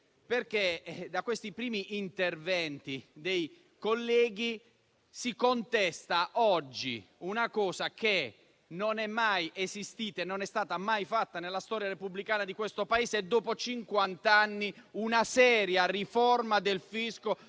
perché in questi primi interventi dei colleghi si contesta oggi una cosa che non è mai esistita e non è mai stata fatta nella storia repubblicana di questo Paese: dopo cinquant'anni, una seria riforma del fisco,